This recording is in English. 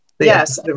Yes